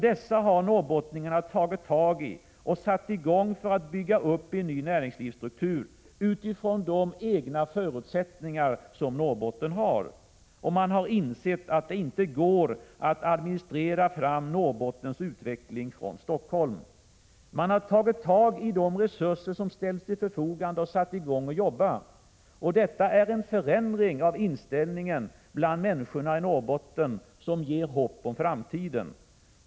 Dessa har norrbottningarna tagit tag i och satt i gång för att bygga upp en ny näringslivsstruktur utifrån de egna förutsättningar som Norrbotten har. Man har insett att det inte går att administrera fram Norrbottens utveckling från Stockholm. Man har tagit tag i de resurser som ställts till förfogande och satt i gång att jobba. Detta är en förändring av inställningen bland människorna i Norrbotten, som ger hopp om framtiden.